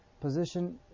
position